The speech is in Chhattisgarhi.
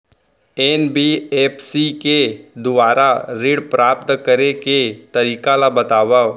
एन.बी.एफ.सी के दुवारा ऋण प्राप्त करे के तरीका ल बतावव?